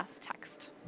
text